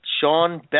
sean